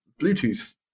bluetooth